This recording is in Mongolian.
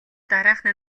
дараахан